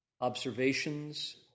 observations